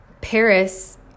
Paris